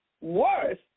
worse